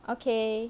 okay